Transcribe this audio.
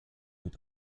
mit